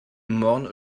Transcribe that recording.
morne